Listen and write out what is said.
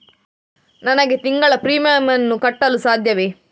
ನನಗೆ ತಿಂಗಳ ಪ್ರೀಮಿಯಮ್ ಅನ್ನು ಕಟ್ಟಲು ಸಾಧ್ಯವೇ?